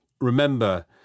remember